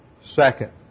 second